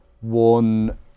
one